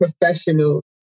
professional